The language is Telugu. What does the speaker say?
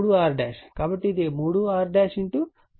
కాబట్టి ఇది 3R PL23 VL2